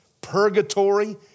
purgatory